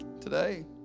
Today